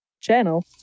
channel